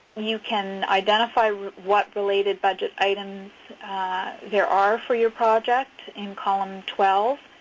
you can identify what related budget items there are for your project in column twelve.